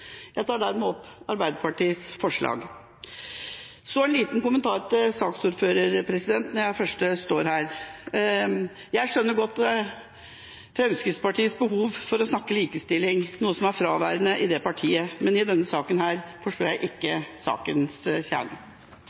Jeg tar med dette opp Arbeiderpartiets forslag. En liten kommentar til saksordføreren: Jeg skjønner godt Fremskrittspartiets behov for å snakke om likestilling, noe som er fraværende i det partiet, men i denne saken forstår jeg det ikke.